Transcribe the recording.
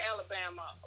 Alabama